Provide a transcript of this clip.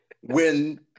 When-